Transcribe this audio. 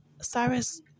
Cyrus